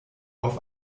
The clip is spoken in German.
auf